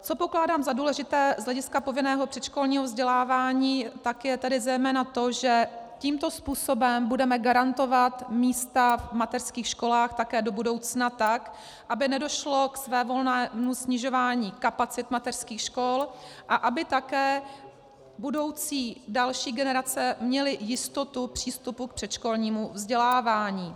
Co pokládám za důležité z hlediska povinného předškolního vzdělávání, je tedy zejména to, že tímto způsobem budeme garantovat místa v mateřských školách také do budoucna tak, aby nedošlo k svévolnému snižování kapacit mateřských škol a aby také budoucí, další generace měly jistotu přístupu k předškolnímu vzdělávání.